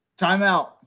timeout